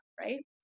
right